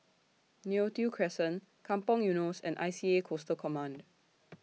Neo Tiew Crescent Kampong Eunos and I C A Coastal Command